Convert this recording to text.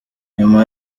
nyuma